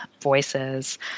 voices